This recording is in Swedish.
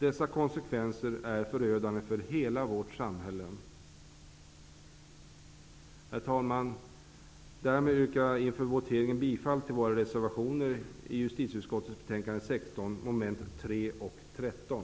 Dessa konsekvenser är förödande för hela vårt samhälle. Herr talman! Jag yrkar bifall till våra reservationer i justitieutskottets betänkande 16, beträffande mom. 3 och 13.